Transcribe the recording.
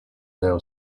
now